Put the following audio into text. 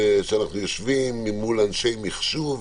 שאנחנו יושבים מול אנשי מחשוב,